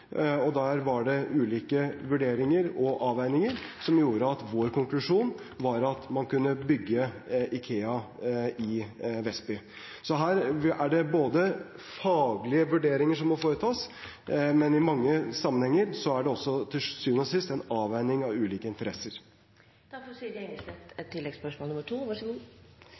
og der var det ulike vurderinger og avveininger som gjorde at vår konklusjon var at man kunne bygge Ikea i Vestby. Så her er det både faglige vurderinger som må foretas, og i mange sammenhenger er det også til syvende og sist en avveining av ulike